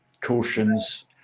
cautions